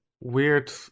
weird